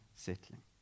settling